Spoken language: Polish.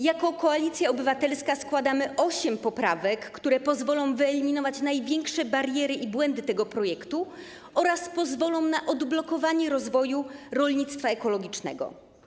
Jako Koalicja Obywatelska składamy osiem poprawek, które pozwolą wyeliminować największe bariery i błędy tego projektu oraz pozwolą na odblokowanie rozwoju rolnictwa ekologicznego.